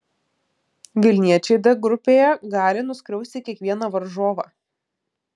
vilniečiai d grupėje gali nuskriausti kiekvieną varžovą